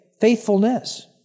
faithfulness